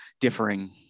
differing